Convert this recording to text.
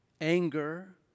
anger